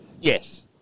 Yes